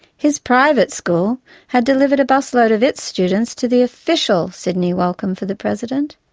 his private school had delivered a busload of its students to the official sydney welcome for the president,